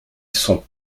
sont